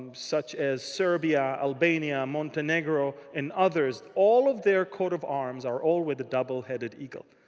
such as serbia, albania, montenegro and others. all of their coat of arms are all with the double-headed eagle.